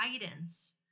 guidance